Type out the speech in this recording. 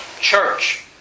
Church